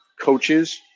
coaches